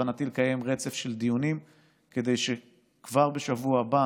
בכוונתי לקיים רצף של דיונים כדי שכבר בשבוע הבא